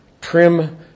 trim